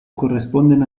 corresponden